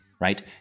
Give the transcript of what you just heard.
right